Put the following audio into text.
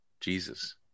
Jesus